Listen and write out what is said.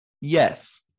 yes